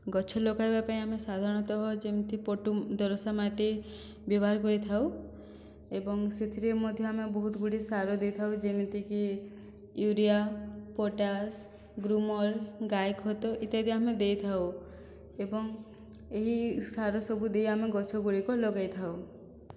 ଗଛ ଲଗାଇବା ପାଇଁ ଆମେ ସାଧାରଣତଃ ଯେମିତି ପଟୁ ଦରସା ମାଟି ବ୍ୟବହାର କରିଥାଉ ଏବଂ ସେଥିରେ ମଧ୍ୟ ଆମେ ବହୁତ ଗୁଡ଼ିଏ ସାର ଦେଇଥାଉ ଯେମିତିକି ୟୁରିଆ ପଟାସ ଗ୍ରୁମର ଗାଈ ଖତ ଇତ୍ୟାଦି ଆମେ ଦେଇଥାଉ ଏବଂ ଏହି ସାର ସବୁ ଦେଇ ଆମେ ଗଛ ଗୁଡ଼ିକ ଲଗାଇଥାଉ